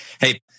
Hey